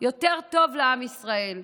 יותר טוב לעם ישראל.